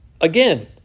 Again